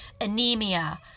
anemia